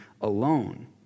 alone